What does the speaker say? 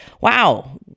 wow